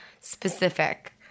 specific